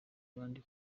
abandi